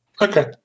Okay